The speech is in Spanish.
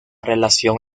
relación